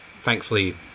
Thankfully